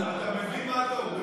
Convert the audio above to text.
אתה מבין מה אתה אומר בכלל?